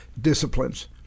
disciplines